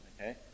okay